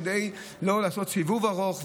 כדי לא לעשות סיבוב ארוך,